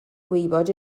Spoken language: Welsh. gwybod